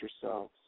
yourselves